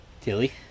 Tilly